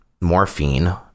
morphine